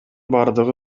бардыгы